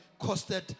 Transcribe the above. costed